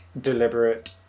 deliberate